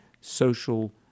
social